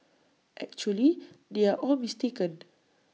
actually they are all mistaken